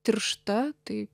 tiršta tai